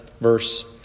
verse